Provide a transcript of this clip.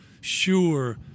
sure